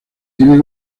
tiene